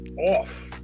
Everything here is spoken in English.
Off